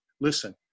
Listen